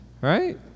Right